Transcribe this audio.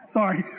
Sorry